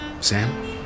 Sam